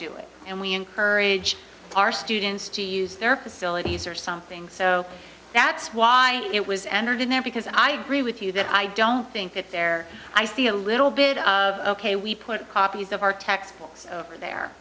do it and we encourage our students to use their facilities or something so that's why it was entered in there because i agree with you that i don't think it's fair i see a little bit of a we put copies of our textbooks over there